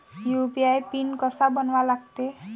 UPI PIN कसा बनवा लागते?